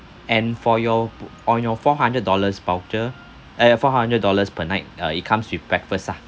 and for your f~ on your four hundred dollars voucher uh four hundred dollars per night uh it comes with breakfast ah